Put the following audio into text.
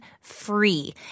free